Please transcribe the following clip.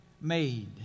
made